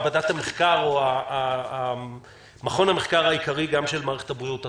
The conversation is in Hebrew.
מעבדת המחקר או מכון המחקר העיקרי גם של מערכת הבריאות עצמה,